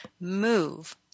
Move